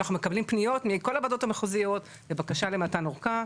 אנחנו מקבלים פניות מכל הוועדות המחוזיות בבקשה למתן הארכה.